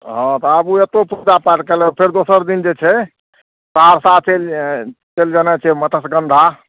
हँ तऽ आबू एतहु पूजा पाठ कै लेब फेर दोसर दिन जे छै सहरसा चलि चलि जेनाइ छै मत्स्यगन्धा